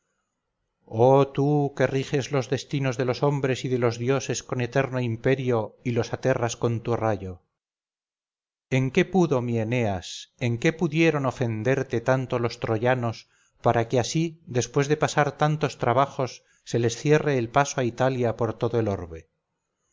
tú que riges los destinos de los hombres y de los dioses con eterno imperio y los aterras con tu rayo en qué pudo mi eneas en qué pudieron ofenderte tanto los troyanos para que así después de pasar tantos trabajos se les cierre el paso a italia por todo el orbe